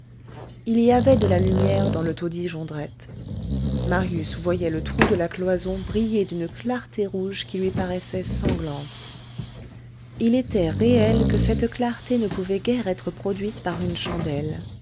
il y avait de la lumière dans le taudis jondrette marius voyait le trou de la cloison briller d'une clarté rouge qui lui paraissait sanglante il était réel que cette clarté ne pouvait guère être produite par une chandelle